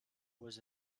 was